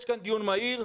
יש כאן דיון מהיר.